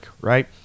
Right